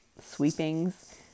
sweepings